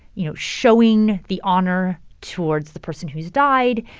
you know, showing the honor towards the person who's died,